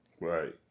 Right